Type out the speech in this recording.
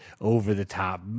over-the-top